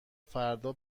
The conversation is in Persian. فردا